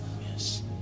Yes